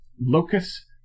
locus